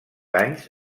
anys